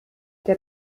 der